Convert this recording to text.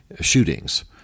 shootings